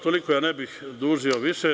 Toliko, ne bih dužio više.